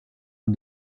han